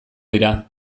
dira